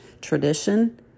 tradition